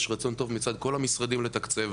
יש רצון טוב מצד כל המשרדים לתקצב.